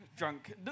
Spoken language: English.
drunk